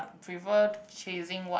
prefer chasing what